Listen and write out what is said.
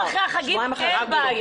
אוקיי, שבועיים אחרי החגים, אין בעיה.